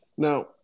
Now